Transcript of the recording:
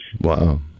Wow